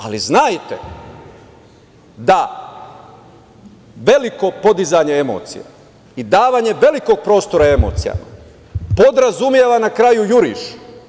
Ali, znajte da veliko podizanje emocije i davanje velikog prostora emocijama podrazumeva na kraju juriš.